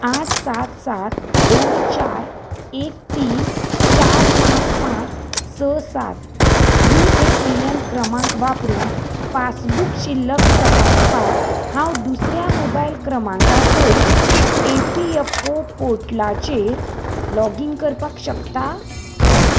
आठ सात सात दोन चार एक तीन चार पांच पांच स सात यु ए ए एन क्रमांक वापरून पासबुक शिल्लक तपासपाक हांव दुसऱ्या मोबायल क्रमांका सयत ए पी एफ ओ पोर्टलाचेर लॉगीन करपाक शकता